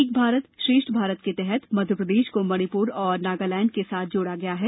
एक भारत श्रेष्ठ भारत के तहत मध्य प्रदेश को मणिपुर और नागालैंड के साथ जोड़ा गया है